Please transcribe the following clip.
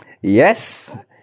Yes